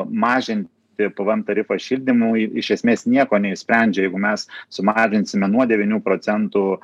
mažinti pvm tarifą šildymui iš esmės nieko neišsprendžia jeigu mes sumažinsime nuo devynių procentų